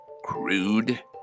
crude